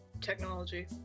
Technology